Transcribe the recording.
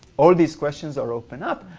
all these questions are opened up.